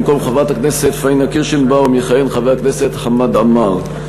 במקום חברת הכנסת פניה קירשנבאום יכהן חבר הכנסת חמד עמאר.